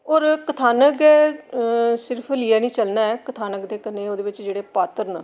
और कथानक गै सिर्फ लेइयै निं चलना ऐ कथानक दे कन्नै ओह्दे बिच जेह्डे़ पात्र न